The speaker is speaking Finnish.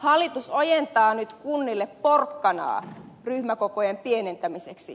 hallitus ojentaa nyt kunnille porkkanaa ryhmäkokojen pienentämiseksi